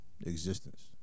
existence